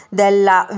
della